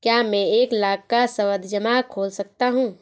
क्या मैं एक लाख का सावधि जमा खोल सकता हूँ?